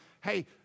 hey